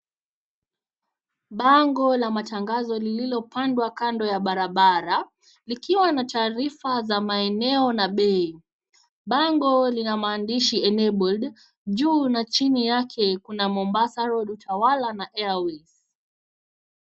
Bango la matangazo lilio pandwa kando ya barabara, likiwa na taarifa za maeneo na bei. Bango lina maandishi ENABLED juu na chini yake kuna MOMBASA ROAD, UTAWALA NA AIRWAYS.